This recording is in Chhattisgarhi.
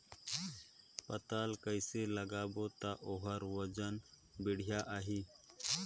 पातल कइसे लगाबो ता ओहार वजन बेडिया आही?